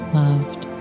loved